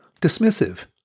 Dismissive